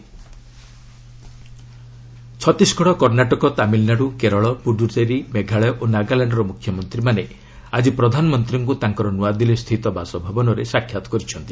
PM CM Chhattisgarh Karnataka Tamil Nadu Kerala Puducherry Meghalaya ଓ ନାଗାଲାଣ୍ଡର ମୁଖ୍ୟମନ୍ତ୍ରୀମାନେ ଆଜି ପ୍ରଧାନମନ୍ତ୍ରୀଙ୍କୁ ତାଙ୍କ ନୂଆଦିଲ୍ଲୀ ସ୍ଥିତ ବାସଭବନରେ ସାକ୍ଷାତ କରିଛନ୍ତି